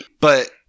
But-